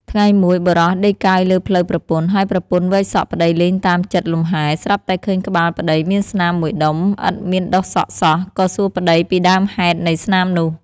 ថ្ងៃមួយ បុរសដេកកើយលើភ្លៅប្រពន្ធ ហើយប្រពន្ធវែកសក់ប្តីលេងតាមចិត្តលំហែ ស្រាប់តែឃើញក្បាលប្តីមានស្នាមមួយដុំឥតមានដុះសក់សោះ ក៏សួរប្តីពីដើមហេតុនៃស្នាមនោះ។